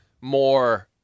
more